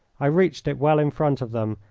i reached it well in front of them,